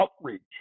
outreach